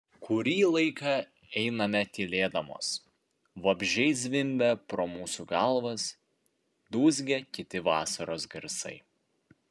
kurį laiką einame tylėdamos vabzdžiai zvimbia pro mūsų galvas dūzgia kiti vasaros garsai